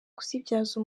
kuzibyaza